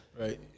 right